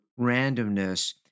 randomness